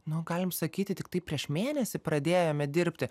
nu galim sakyti tiktai prieš mėnesį pradėjome dirbti